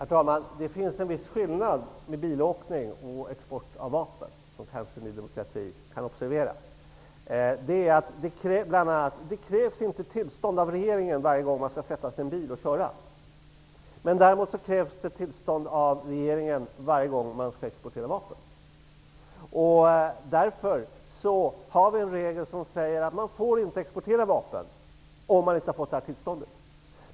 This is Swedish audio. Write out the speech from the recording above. Herr talman! Det finns en viss skillnad mellan bilåkning och export av vapen som Ny demokrati kanske kan observera. Det krävs inte tillstånd av regeringen varje gång man skall sätta sig i en bil och köra. Däremot krävs det tillstånd av regeringen varje gång man skall exportera vapen. Därför har vi en regel som säger att man inte får exportera vapen, om man inte har fått det tillståndet.